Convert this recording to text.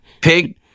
Pig